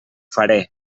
faré